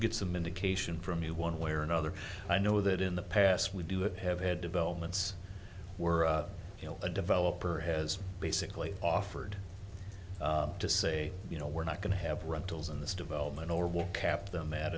get some indication from you one way or another i know that in the past we do it have had developments were you know a developer has basically offered to say you know we're not going to have rentals in this development or what kept them at